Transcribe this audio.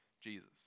Jesus